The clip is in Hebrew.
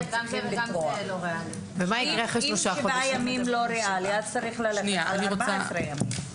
אם שבעה ימים לא ריאלי, צריך ללכת על 14 ימים.